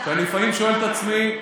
כי אני לפעמים שואל את עצמי,